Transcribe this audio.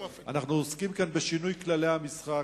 אנחנו עוסקים כאן בשינוי כללי המשחק,